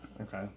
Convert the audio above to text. Okay